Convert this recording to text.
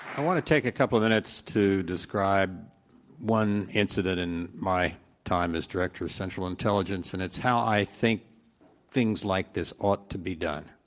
i want to take a couple of minutes to describe one incident in my time as director of central intelligence, and it's how i think things like this ought to be done.